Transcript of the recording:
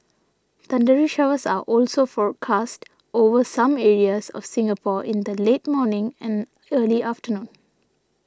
thundery showers are also forecast over some areas of Singapore in the late morning and early afternoon